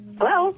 Hello